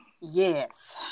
Yes